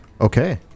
Okay